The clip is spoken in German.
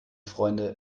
freunde